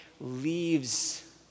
leaves